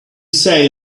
say